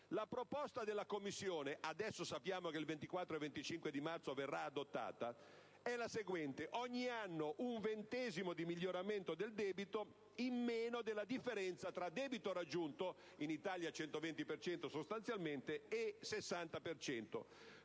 La proposta della Commissione - adesso sappiamo che il 24 e il 25 marzo verrà adottata - è la seguente: ogni anno un ventesimo di miglioramento del debito in meno della differenza tra debito raggiunto - in Italia sostanzialmente il